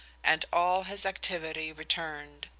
and all his activity returned.